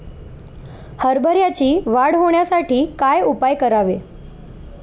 हरभऱ्याची वाढ होण्यासाठी काय उपाय करावे?